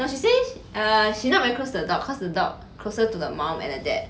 no she say err she not very close to the dog cause the dog closer to her mom and her dad